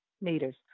meters